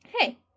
hey